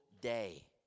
day